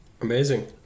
Amazing